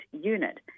unit